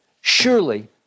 surely